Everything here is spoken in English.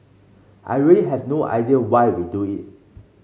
I really have no idea why we do it